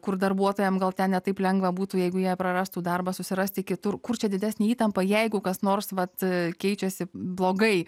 kur darbuotojams gal ten ne taip lengva būtų jeigu jie prarastų darbą susirasti kitur kur čia didesnė įtampa jeigu kas nors nuolat keičiasi blogai